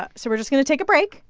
ah so we're just going to take a break.